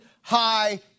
high